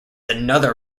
another